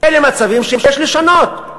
אלה מצבים שיש לשנות.